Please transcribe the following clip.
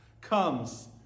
comes